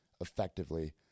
effectively